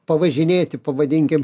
pavažinėti pavadinkim